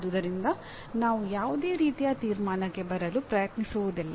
ಆದುದರಿಂದ ನಾವು ಯಾವುದೇ ರೀತಿಯ ತೀರ್ಮಾನಕ್ಕೆ ಬರಲು ಪ್ರಯತ್ನಿಸುವುದಿಲ್ಲ